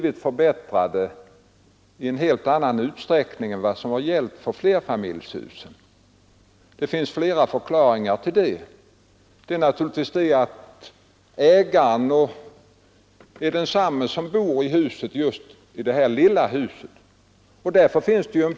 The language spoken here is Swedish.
Jag tycker att man får tänka sig för mer än en gång innan man gör det. Det var ju en ganska hård kritik som riktades emot de generella subventionerna på sin tid.